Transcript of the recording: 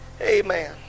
Amen